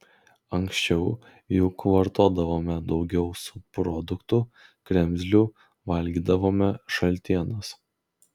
anksčiau juk vartodavome daugiau subproduktų kremzlių valgydavome šaltienas